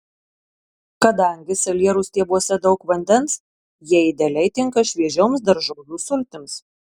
kadangi salierų stiebuose daug vandens jie idealiai tinka šviežioms daržovių sultims